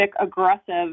aggressive